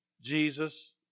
Jesus